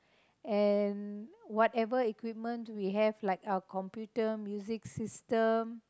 and whatever equipment we have like our computer music system